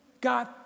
God